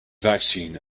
vaccine